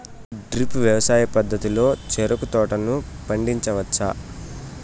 drip వ్యవసాయ పద్ధతిలో చెరుకు తోటలను పండించవచ్చా